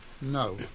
No